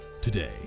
today